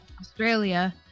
Australia